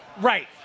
Right